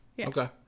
Okay